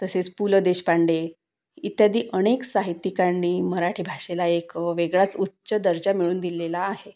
तसेच पु ल देशपांडे इत्यादी अनेक साहित्यिकांनी मराठी भाषेला एक वेगळाच उच्च दर्जा मिळवून दिलेला आहे